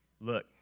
look